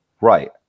Right